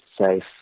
safe